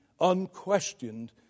unquestioned